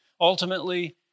Ultimately